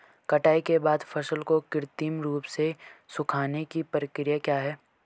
कटाई के बाद फसल को कृत्रिम रूप से सुखाने की क्रिया क्या है?